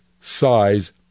size